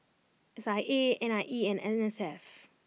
S I A N I E and N S F